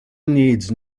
needs